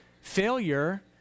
failure